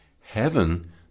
heaven